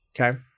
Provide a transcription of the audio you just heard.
okay